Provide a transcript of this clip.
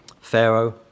Pharaoh